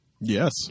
Yes